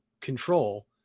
control